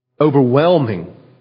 overwhelming